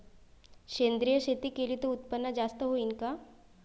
सेंद्रिय शेती केली त उत्पन्न जास्त होईन का?